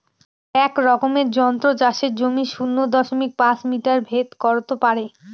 এক রকমের যন্ত্র চাষের জমির শূন্য দশমিক পাঁচ মিটার ভেদ করত পারে